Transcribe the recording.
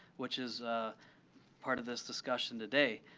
which is part of this discussion today.